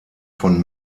von